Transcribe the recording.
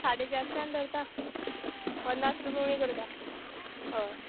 साडे चारशान धरता पन्नास रुपया उणी करता हय